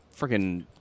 freaking